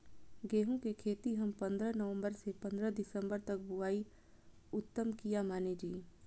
गेहूं के खेती हम पंद्रह नवम्बर से पंद्रह दिसम्बर तक बुआई उत्तम किया माने जी?